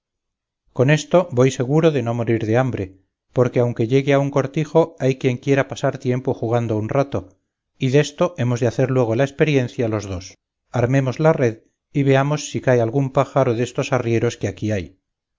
con esto voy seguro de no morir de hambre porque aunque llegue a un cortijo hay quien quiera pasar tiempo jugando un rato y desto hemos de hacer luego la experiencia los dos armemos la red y veamos si cae algún pájaro destos arrieros que aquí hay